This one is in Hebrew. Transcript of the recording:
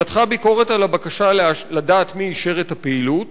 היא מתחה ביקורת על הבקשה לדעת מי אישר את הפעילות,